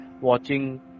watching